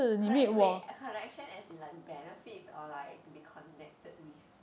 connection wait connection as in like benefits or like to be connected with